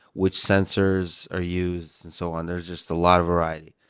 which sensors are used, and so on? there's just a lot of variety.